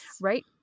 right